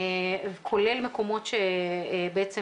כולל מקומות שבעצם